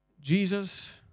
Jesus